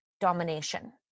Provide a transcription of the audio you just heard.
domination